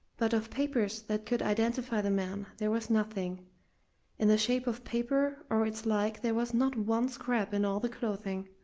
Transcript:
but of papers that could identify the man there was nothing in the shape of paper or its like there was not one scrap in all the clothing,